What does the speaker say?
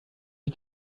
die